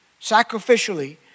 sacrificially